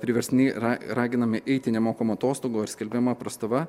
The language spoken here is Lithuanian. priverstinai yra raginami eiti nemokamų atostogų ar skelbiama prastova